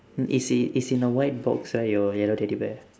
it's in it's in a white box right your yellow teddy bear